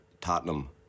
Tottenham